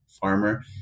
farmer